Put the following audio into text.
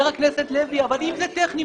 אבל אם זה טכני,